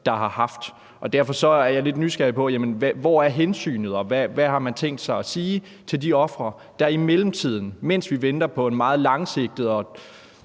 der har haft. Derfor er jeg lidt nysgerrig på, hvor hensynet er, og hvad man har tænkt sig at sige til de ofre, der i mellemtiden, mens vi venter på en meget langsigtet